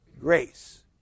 grace